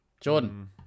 Jordan